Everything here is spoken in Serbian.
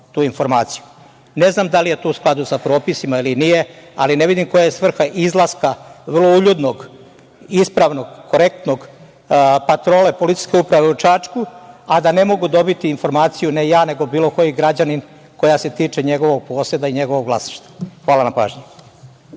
tu informaciju. Ne znam da li je to u skladu sa propisima ili nije, ali ne vidim koja je svrha izlaska, vrlo uljudnog, ispravno, korektnog patrole policijske uprave u Čačku, a da ne mogu dobiti informaciju, ne ja, nego bilo koji građanin, koja se tiče njegovog poseda i njegovog vlasništva. Hvala na pažnji.